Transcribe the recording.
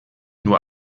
nur